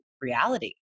reality